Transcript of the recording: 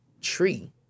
tree